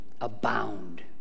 abound